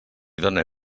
done